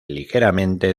ligeramente